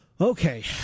Okay